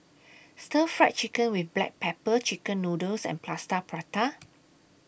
Stir Fried Chicken with Black Pepper Chicken Noodles and Plaster Prata